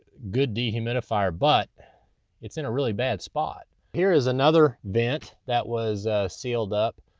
good dehumidifier, but it's in a really bad spot. here is another vent that was sealed up.